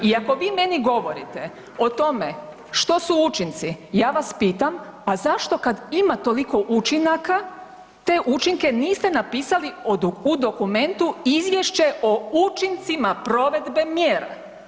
I ako vi meni govorite što su učinci ja vas pitam, a zašto kad ima toliko učinaka te učinke niste napisali u dokumentu izvješće o učincima provedbe mjera?